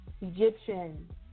Egyptian